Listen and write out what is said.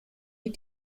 die